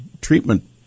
treatment